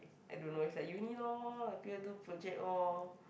I don't know is like uni loh do project orh